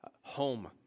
home